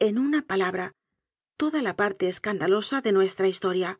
en una palabra toda la parte escandalosa de nuestra historia